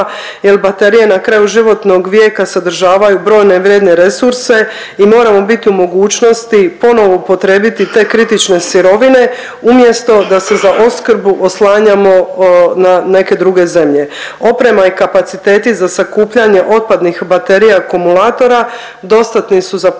jer baterije na kraju životnog vijeka sadržavaju brojne vrijedne resurse i moramo biti u mogućnosti ponovno upotrijebiti te kritične sirovine umjesto da se za opskrbu oslanjamo na neke druge zemlje. Oprema i kapaciteti za sakupljanje otpadnih baterija i akumulatora dostatni su za potrebe